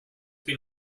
been